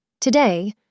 Today